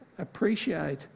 Appreciate